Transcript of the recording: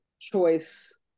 choice